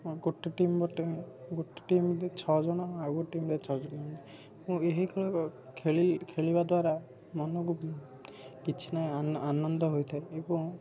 ଗୋଟେ ଟିମ୍ ଗୋଟେ ଗୋଟେ ଟିମ୍ରେ ଛଅ ଜଣ ଆଉ ଗୋଟେ ଟିମ୍ରେ ଛଅ ଜଣ ଏହି ଖେଳ ଖେଳି ଖେଳିବା ଦ୍ୱାରା ମନକୁ କିଛି ନା ଆନ ଆନନ୍ଦ ହୋଇଥାଏ ଏବଂ